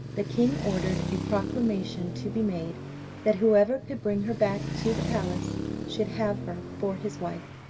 the king ordered a proclamation to be made that whoever could bring her back to the palace should have her for his wife.